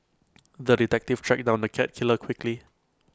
the detective tracked down the cat killer quickly